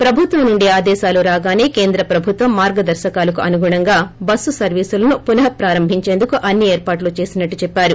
ప్రభుత్వం నుండి ఆదేశాలు రాగానే కేంద్ర ప్రభుత్వం మార్గదర్వకాలకు అనుగుణంగా బస్సు సర్వీసులను పునఃప్రారంభించేందుకు అన్ని ఏర్పాట్లు చేసినట్లు చెప్పారు